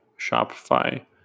Shopify